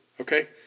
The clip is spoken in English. okay